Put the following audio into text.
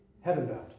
heaven-bound